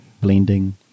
blending